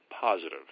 positive